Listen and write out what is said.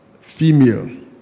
female